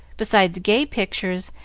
besides gay pictures,